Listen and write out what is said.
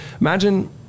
imagine